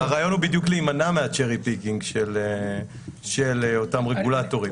בדיוק להימנע מה-cherry peaking של אותם רגולטורים.